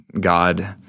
God